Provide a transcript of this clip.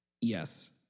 Yes